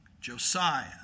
Josiah